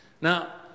Now